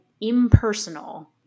impersonal